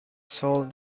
sold